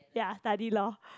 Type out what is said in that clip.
ya study law